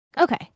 Okay